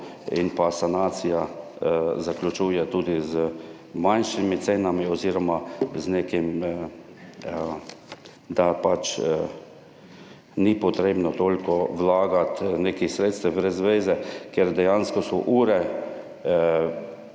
in pa sanacija zaključuje tudi z manjšimi cenami oziroma z nekim, da ni potrebno toliko vlagati nekih sredstev brez veze, ker dejansko so ure